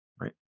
Right